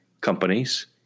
companies